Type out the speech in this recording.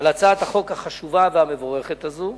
על הצעת החוק החשובה והמבורכת הזאת.